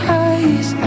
eyes